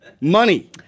Money